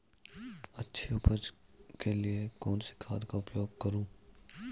अच्छी उपज के लिए कौनसी खाद का उपयोग करूं?